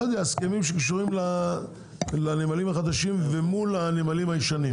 הסכמים שקשורים לנמלים החדשים ומול הנמלים הישנים.